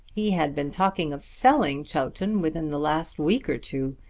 he had been talking of selling chowton within the last week or two.